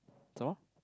some more